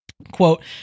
quote